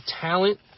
talent